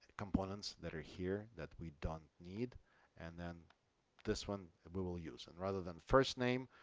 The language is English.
components that are here that we don't need and then this one we will use and rather than first name